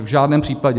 V žádném případě.